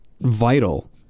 vital